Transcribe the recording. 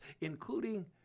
including